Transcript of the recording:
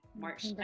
March